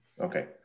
Okay